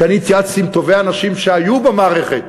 ואני התייעצתי עם טובי האנשים שהיו במערכת.